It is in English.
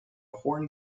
horn